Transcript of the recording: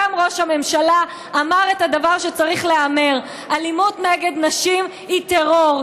גם ראש הממשלה אמר את הדבר שצריך להיאמר: אלימות נגד נשים היא טרור,